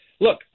look